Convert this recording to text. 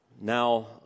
now